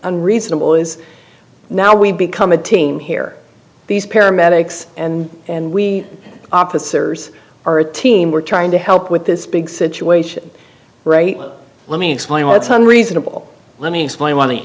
unreasonable is now we become a team here these paramedics and we are procedures are a team we're trying to help with this big situation right let me explain why it's unreasonable let me explain why the